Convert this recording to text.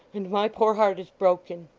and my poor heart is broken